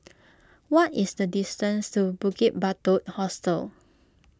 what is the distance to Bukit Batok Hostel